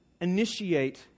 initiate